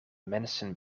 mensen